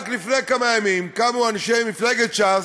רק לפני כמה ימים קמו אנשי מפלגת שס,